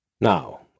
Now